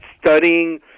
studying